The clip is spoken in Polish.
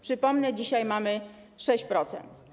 Przypomnę, że dzisiaj mamy 6%.